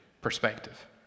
perspective